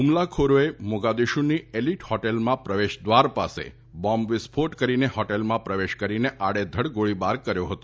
હ્મલાખોરોએ મોગાદીશુની એલીટ હોટેલમાં પ્રવેશદ્વાર પાસે બોંબ વિસ્ફોટ કરીને હોટેલમાં પ્રવેશ કરીને આડેધડ ગોળીબાર કર્યો હતો